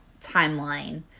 timeline